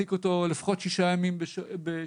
מעסיק אותו לפחות שישה ימים בשבוע,